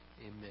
Amen